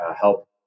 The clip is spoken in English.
help